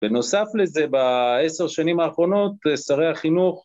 ‫בנוסף לזה, ‫בעשר השנים האחרונות שרי החינוך...